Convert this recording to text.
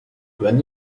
when